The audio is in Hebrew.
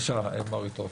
הצוות.